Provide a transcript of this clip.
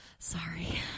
Sorry